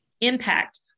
impact